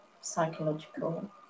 psychological